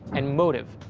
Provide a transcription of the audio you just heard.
and motive,